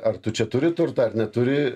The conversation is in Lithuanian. ar tu čia turi turtą ar neturi